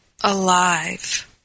alive